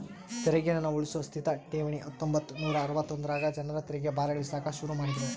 ತೆರಿಗೇನ ಉಳ್ಸೋ ಸ್ಥಿತ ಠೇವಣಿ ಹತ್ತೊಂಬತ್ ನೂರಾ ಅರವತ್ತೊಂದರಾಗ ಜನರ ತೆರಿಗೆ ಭಾರ ಇಳಿಸಾಕ ಶುರು ಮಾಡಿದ್ರು